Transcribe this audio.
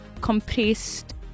compressed